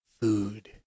food